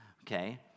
okay